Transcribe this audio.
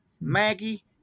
Maggie